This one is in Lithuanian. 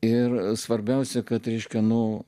ir svarbiausia kad reiškia nu